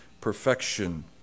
perfection